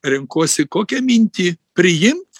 renkuosi kokią mintį priimt